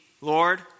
Lord